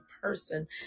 person